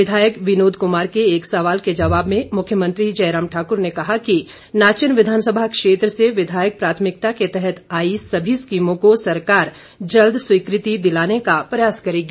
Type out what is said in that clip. विधायक विनोद कुमार के एक सवाल के जवाब में मुख्यमंत्री जयराम ठाकुर ने कहा कि नाचन विधानसभा क्षेत्र से विधायक प्राथमिकता के तहत आई सभी स्कीमों को सरकार जल्द स्वीकृति दिलाने का प्रयास करेगी